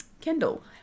Kendall